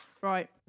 Right